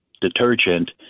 detergent